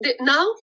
now